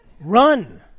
Run